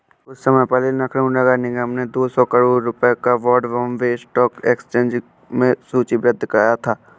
कुछ समय पहले लखनऊ नगर निगम ने दो सौ करोड़ रुपयों का बॉन्ड बॉम्बे स्टॉक एक्सचेंज में सूचीबद्ध कराया था